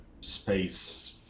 space